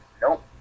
Nope